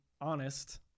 honest